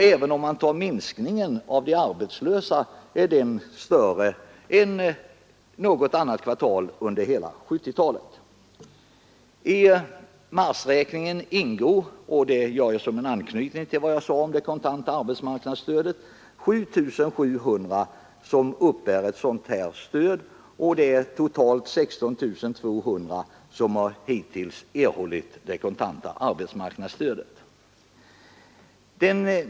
Även den minskningen av antalet arbetslösa är större än för något annat kvartal under hela 1970-talet. I marsräkningen ingår 7 700 personer som uppbär kontant arbetsmarknadsstöd. Totalt har 16 200 hittills erhållit sådant stöd.